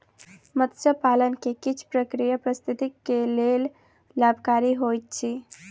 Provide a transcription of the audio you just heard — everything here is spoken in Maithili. मत्स्य पालन के किछ प्रक्रिया पारिस्थितिकी के लेल लाभकारी होइत अछि